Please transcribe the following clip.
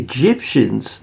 Egyptians